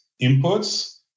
inputs